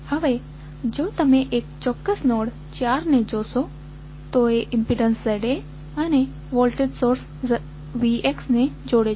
હવે જો તમે એક ચોક્કસ નોડ 4 ને જોશો તો એ ઈમ્પિડન્સ ZAઅને વોલ્ટેજ સોર્સ VX ને જોડે છે